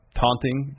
taunting